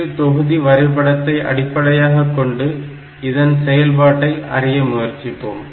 ALU தொகுதி வரைபடத்தை அடிப்படையாகக் கொண்டு இதன் செயல்பாட்டை அறிய முயற்சிப்போம்